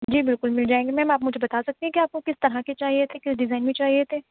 جی بالکل مل جائیں گے میم آپ مجھے بتا سکتی ہیں کہ آپ کو کس طرح کے چاہیے تھے کس ڈیزائن میں چاہئے تھے